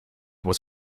was